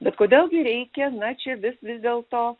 bet kodėl gi reikia na vis vis dėlto